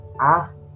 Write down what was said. ask